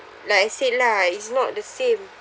like I say lah it's not the same